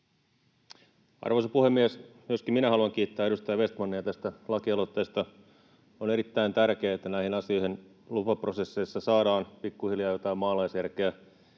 Arvoisa puhemies! Myöskin minä haluan kiittää edustaja Vestmania tästä lakialoitteesta. On erittäin tärkeää, että näihin asioihin lupaprosesseissa saadaan pikkuhiljaa jotain maalaisjärkeä.